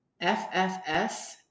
FFS